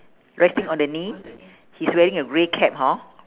resting on the knee he's wearing a grey cap hor